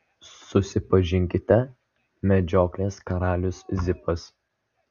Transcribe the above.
susipažinkite medžioklės karalius zipas